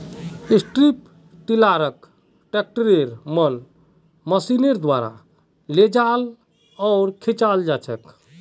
strip टीलारक ट्रैक्टरेर मन मशीनेर द्वारा लेजाल आर खींचाल जाछेक